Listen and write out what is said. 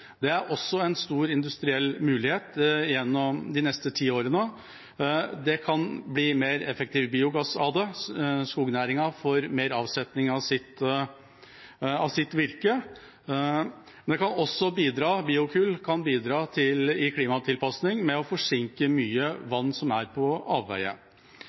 Det er også en stor industriell mulighet de neste ti årene. Det kan bli mer effektiv biogass av det. Skognæringen får mer avsetning av sitt virke. Men biokull kan også bidra til klimatilpasning ved å forsinke mye vann som er på avveier.